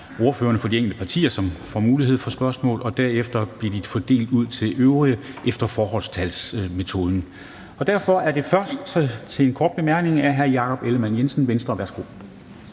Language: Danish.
ordførerne for de enkelte partier, som får mulighed for spørgsmål, og derefter bliver de fordelt ud til øvrige efter forholdstalsmetoden. Derfor er den første til en kort bemærkning hr. Jakob Ellemann-Jensen, Venstre. Værsgo.